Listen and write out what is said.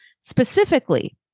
Specifically